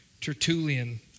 Tertullian